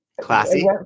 classy